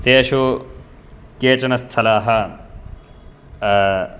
तेषु केचन स्थलाः